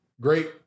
great